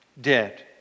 dead